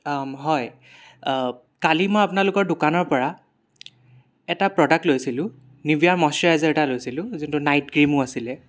হয় কালি মই আপোনালোকৰ দোকানৰ পৰা এটা প্ৰডাক্ট লৈছিলো নিভিয়া মইছৰাইজাৰ এটা লৈছিলো যোনটো নাইট ক্ৰীমও আছিলে